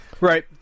Right